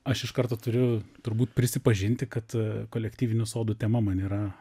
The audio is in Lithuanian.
aš iš karto turiu turbūt prisipažinti kad kolektyvinių sodų tema man yra